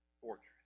fortress